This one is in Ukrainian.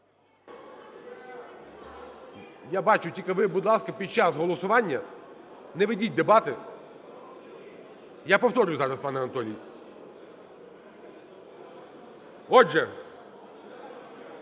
Я бачу. Тільки ви, будь ласка, під час голосування не ведіть дебати. Я повторю зараз, пане Анатолій. Отже,